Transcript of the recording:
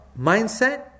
mindset